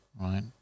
right